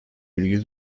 virgül